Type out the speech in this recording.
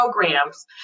programs